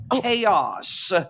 chaos